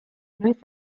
noiz